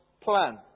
plan